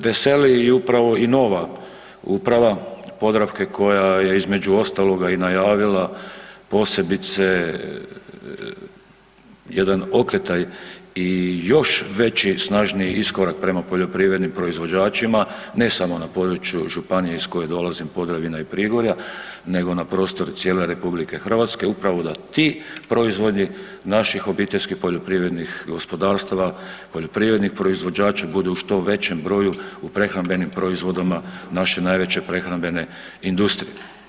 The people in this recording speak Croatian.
Veseli i upravo i nova uprava „Podravke“ koja je između ostaloga i najavila posebice jedan okretaj i još veći i snažniji iskorak prema poljoprivrednim proizvođačima ne samo na području županije iz koje dolazim Podravina i Prigorja nego na prostoru cijele RH upravo da ti proizvodi naših OPG-ova i poljoprivrednih proizvođača budu u što većem broju u prehrambenim proizvodima naše najveće prehrambene industrije.